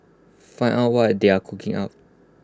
find out what they are cooking up